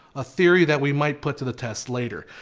a theory that we might put to the test later,